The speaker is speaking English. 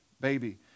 baby